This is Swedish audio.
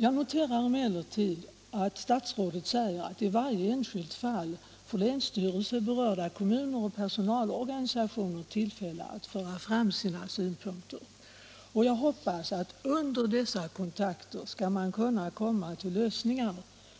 Jag noterar emellertid att statsrådet säger att i varje enskilt fall får länsstyrelsen, berörd kommun och personalorganisationer tillfälle att föra fram sina synpunkter. Jag hoppas att man vid dessa kontakter skall kunna komma fram till lösningar